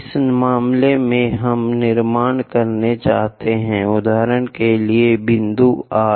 इस मामले में हम निर्माण करना चाहते हैं उदाहरण के लिए बिंदु आर